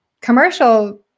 commercial